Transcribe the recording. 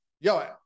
yo